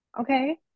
Okay